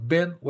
Ben